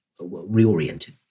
reoriented